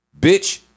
Bitch